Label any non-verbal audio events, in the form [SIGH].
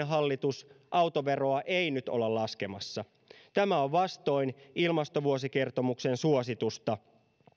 [UNINTELLIGIBLE] hallitus autoveroa ei nyt olla laskemassa tämä on vastoin ilmastovuosikertomuksen suositusta